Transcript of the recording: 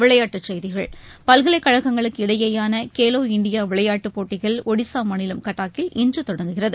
விளையாட்டுச்செய்கிகள் பல்கலைக்கழகங்களுக்கு இடையேயான கேலோ இண்டியா விளையாட்டுப் போட்டிகள் ஒடிஸா மாநிலம் கட்டாக்கில் இன்று தொடங்குகியது